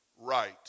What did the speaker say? Right